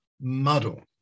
muddle